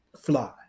fly